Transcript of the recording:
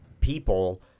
people